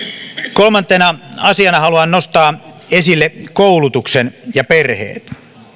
kolmantena asiana haluan nostaa esille koulutuksen ja perheet